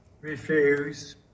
Refuse